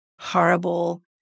horrible